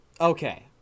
Okay